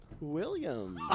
William